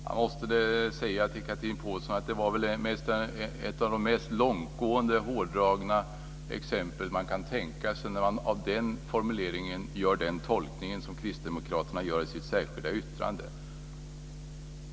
Fru talman! Jag måste säga till Chatrine Pålsson att det är ett av de mest långtgående hårdragna exempel man kan tänka sig när man av den här formuleringen gör den tolkning som Kristdemokraterna gör i sitt särskilda yttrande.